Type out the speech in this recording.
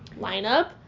lineup